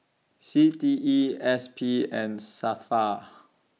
C T E S P and SAFRA